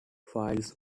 files